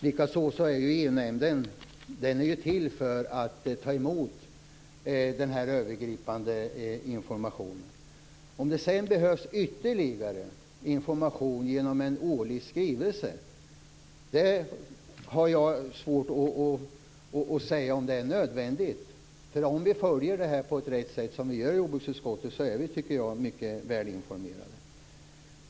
Likaså är ju EU-nämnden till för att ta emot sådan övergripande information. Om det sedan behövs ytterligare information genom en årlig skrivelse har jag svårt att säga. Om vi följer det här på ett riktigt sätt, som vi gör i jordbruksutskottet, tycker jag att vi är mycket välinformerade.